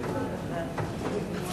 הסעיף הבא